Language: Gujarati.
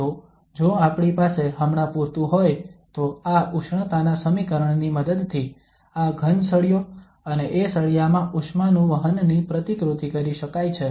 તો જો આપણી પાસે હમણાં પૂરતું હોય તો આ ઉષ્ણતાના સમીકરણ ની મદદથી આ ઘન સળિયો અને એ સળિયામાં ઉષ્માનું વહનની પ્રતિકૃતિ કરી શકાય છે